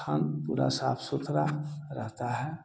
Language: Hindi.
स्थान पूरा साफ़ सुथरा रहता है